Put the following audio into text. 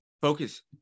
focus